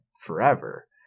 forever